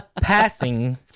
passing